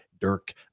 Dirk